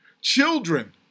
Children